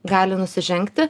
gali nusižengti